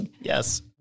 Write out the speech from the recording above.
yes